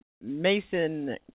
Mason